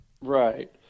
Right